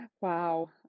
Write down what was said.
Wow